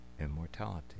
immortality